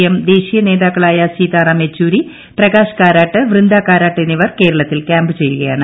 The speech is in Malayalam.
എം ദേശീയ നേതാക്കളായ സീതാറാം യെച്ചൂരി പ്രക്യൂശ് കാരാട്ട് വൃന്ദ കാരാട്ട് എന്നിവർ കേരളത്തിൽ ക്യാമ്പ് ചെയ്യുക്യാണ്